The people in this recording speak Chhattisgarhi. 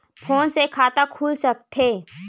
फोन से खाता खुल सकथे?